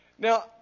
Now